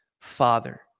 Father